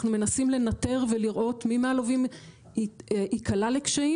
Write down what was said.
אנחנו מנסים לנטר ולראות מי מהלווים ייקלע לקשיים